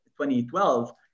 2012